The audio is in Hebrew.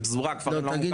בכפרים לא מוכרים